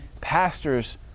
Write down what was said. Pastors